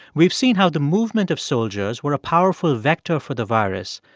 we've seen how the movement of soldiers were a powerful vector for the virus,